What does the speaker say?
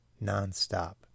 non-stop